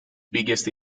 biggest